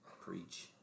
preach